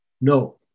No